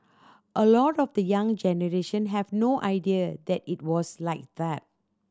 a lot of the young generation have no idea that it was like that